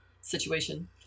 situation